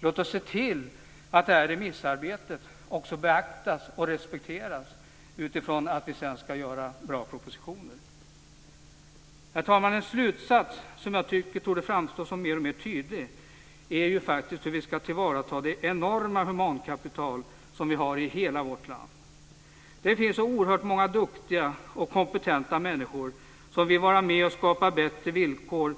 Låt oss se till att remissarbetet beaktas och respekteras utifrån att vi sedan ska få bra propositioner. Herr talman! En slutsats som jag tycker torde framstå som mer och mer tydlig är hur vi ska tillvarata det enorma humankapital som vi har i hela vårt land. Det finns oerhört många duktiga och kompetenta människor som vill vara med och skapa bättre villkor